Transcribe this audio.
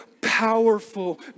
powerful